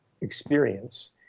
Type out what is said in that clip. experience